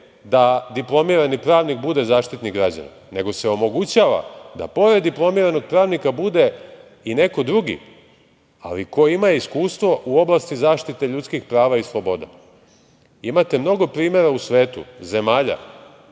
da diplomirani pravnik bude Zaštitnik građana, nego se omogućava da pored diplomiranog pravnika bude i neko drugi, ali ko ima iskustvo u oblasti zaštite ljudskih prava i sloboda. Imate mnogo primera u svetu zemalja